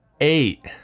eight